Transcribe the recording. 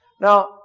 Now